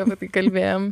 apie tai kalbėjom